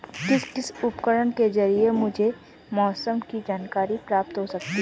किस किस उपकरण के ज़रिए मुझे मौसम की जानकारी प्राप्त हो सकती है?